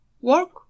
work